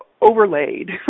overlaid